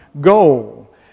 goal